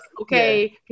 Okay